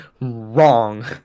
Wrong